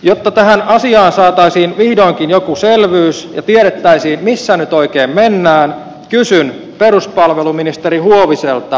jotta tähän asiaan saataisiin vihdoinkin joku selvyys ja tiedettäisiin missä nyt oikein mennään kysyn peruspalveluministeri huoviselta